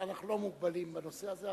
אנחנו לא מוגבלים בנושא הזה,